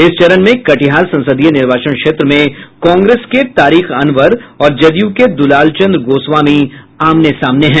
इस चरण में कटिहार संसदीय निर्वाचन क्षेत्र में कांग्रेस के तारिक अनवर और जदयू के दुलाल चंद्र गोस्वामी आमने सामने हैं